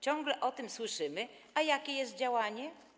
Ciągle o tym słyszymy, a jakie jest działanie?